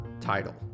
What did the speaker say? title